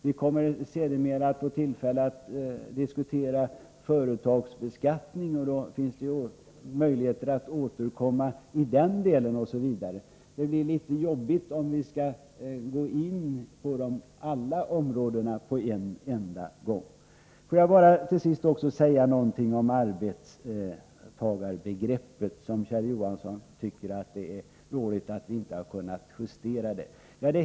Vi kommer sedermera att få tillfälle att diskutera företagsbeskattning, och då finns det möjligheter att återkomma till den delen osv. Det blir litet jobbigt om vi skall gå in på alla områdena på en enda gång. Får jag bara till sist också säga någonting om arbetstagarbegreppet. Kjell Johansson tycker att det är dåligt att vi inte har kunnat justera det.